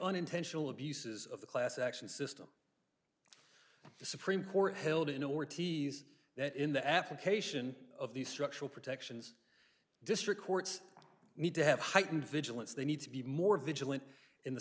unintentional abuses of the class action system the supreme court held in ortiz that in the application of these structural protections district courts need to have heightened vigilance they need to be more vigilant in the